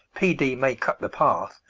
p d may cut the path,